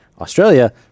Australia